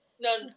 None